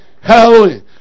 Hallelujah